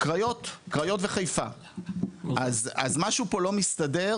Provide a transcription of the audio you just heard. קריות וחיפה, אז משהו פה לא מסתדר